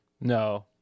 No